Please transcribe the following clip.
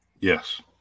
Yes